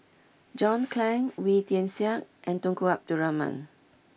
John Clang Wee Tian Siak and Tunku Abdul Rahman